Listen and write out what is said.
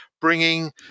bringing